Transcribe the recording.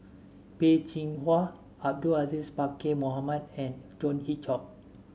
Peh Chin Hua Abdul Aziz Pakkeer Mohamed and John Hitchcock